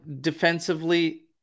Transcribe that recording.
defensively